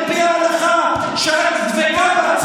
על פי ההלכה שאת דבקה בה,